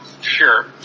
Sure